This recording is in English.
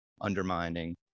undermining